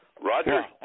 Roger